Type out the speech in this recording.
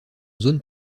zone